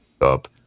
up